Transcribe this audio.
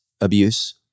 abuse